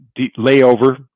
layover